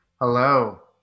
Hello